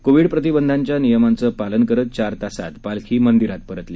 Covid प्रतिबंधाच्या नियमांचं पालन करत चार तासांतच पालखी मंदिरात परतली